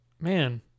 man